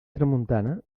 tramuntana